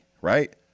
right